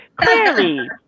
Clearly